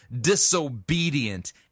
disobedient